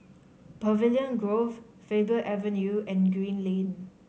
Pavilion Grove Faber Avenue and Green Lane